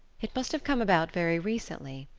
it must have come about very recently,